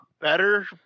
better